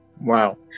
Wow